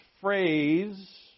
phrase